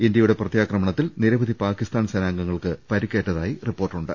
ഇന്ത്യയുടെ പ്രത്യാക്രമണത്തിൽ നിരവധി പാക്കിസ്ഥാൻ സേനാംഗങ്ങൾക്ക് പരുക്കേറ്റതായി റിപ്പോർട്ടുണ്ട്